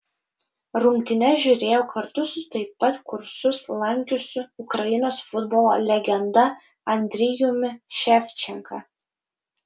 rungtynes žiūrėjau kartu su taip pat kursus lankiusiu ukrainos futbolo legenda andrijumi ševčenka